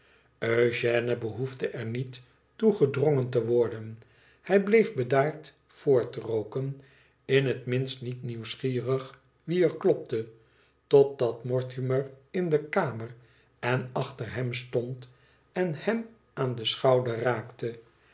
eugène behoefde er niet toe gedrongen te worden hij bleef bedaard voortrooken in het minst niet nieuwsgierig wie er klopte totdat mortimer in de kamer en achter hem stond en hem aan den schouder raakte